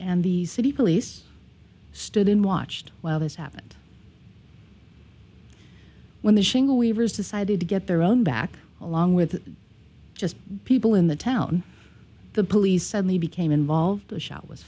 and the city police stood and watched while this happened when the shingle wavers decided to get their own back along with just people in the town the police suddenly became involved the shot was